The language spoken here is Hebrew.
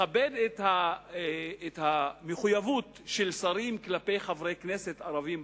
לכבד את המחויבות של שרים כלפי חברי כנסת ערבים,